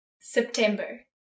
September